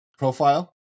Profile